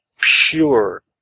pure